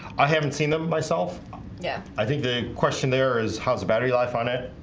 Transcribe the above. i haven't seen them myself yeah, i think the question. there is how the battery life on it.